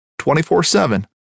24-7